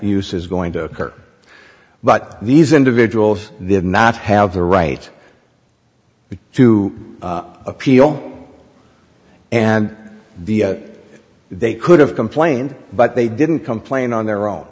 use is going to occur but these individuals did not have the right to appeal and they could have complained but they didn't complain on their own